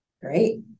Great